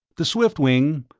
the swiftwing,